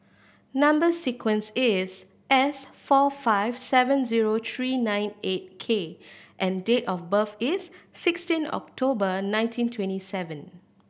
number sequence is S four five seven zero three nine eight K and date of birth is sixteen October nineteen twenty seven